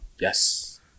Yes